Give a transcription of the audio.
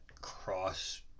cross